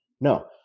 No